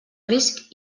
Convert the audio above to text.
risc